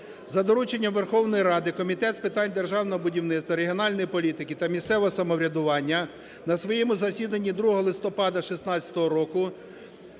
За дорученням Верховної Ради Комітет з питань державного будівництва регіональної політики та місцевого самоврядування на своєму засіданні 2 листопада 2016 року